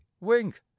wink